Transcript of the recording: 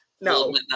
No